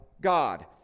God